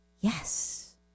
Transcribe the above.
Yes